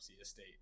estate